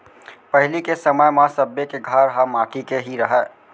पहिली के समय म सब्बे के घर ह माटी के ही रहय